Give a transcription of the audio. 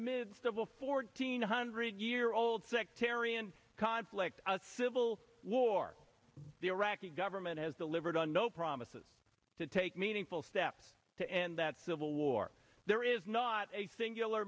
midst of a fourteen hundred year old sectarian conflict a civil war the iraqi government has delivered on no promises to take meaningful steps to end that civil war there is not a singular